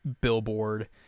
billboard